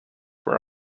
were